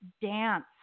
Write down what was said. dance